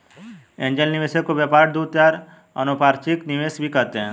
angel निवेशक को व्यापार दूत या अनौपचारिक निवेशक भी कहते हैं